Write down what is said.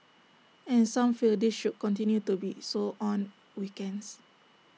and some feel this should continue to be so on weekends